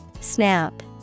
Snap